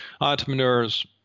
entrepreneurs